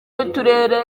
y’uturere